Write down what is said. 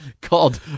called